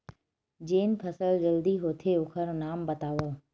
जेन फसल जल्दी होथे ओखर नाम बतावव?